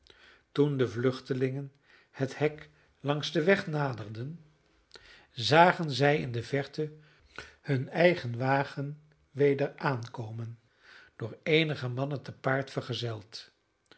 toen de vluchtelingen het hek langs den weg naderden zagen zij in de verte hun eigen wagen weder aankomen door eenige mannen te paard vergezeld